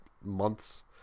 months